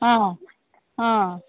ಹಾಂ ಹಾಂ